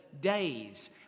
days